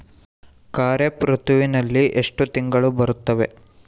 ಖಾರೇಫ್ ಋತುವಿನಲ್ಲಿ ಎಷ್ಟು ತಿಂಗಳು ಬರುತ್ತವೆ?